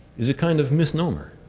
is a kind of misnomer.